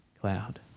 cloud